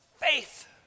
Faith